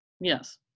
Yes